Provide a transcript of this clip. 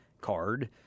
card